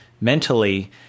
mentally